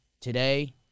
today